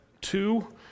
two